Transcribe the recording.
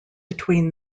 between